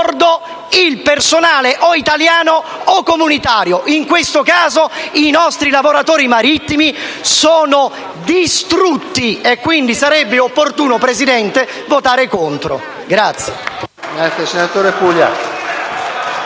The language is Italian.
personale italiano o comunitario. In questo caso i nostri lavoratori marittimi sono distrutti, per cui sarebbe opportuno, signor Presidente, votare contro.